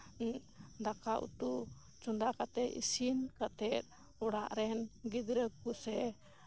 ᱫᱟᱠᱟ ᱩᱛᱩ ᱪᱚᱱᱫᱟ ᱠᱟᱛᱮᱜ ᱤᱥᱤᱱ ᱠᱟᱛᱮᱜ ᱚᱲᱟᱜ ᱨᱮᱱ ᱜᱤᱫᱽᱨᱟᱹ ᱠᱚ ᱥᱮ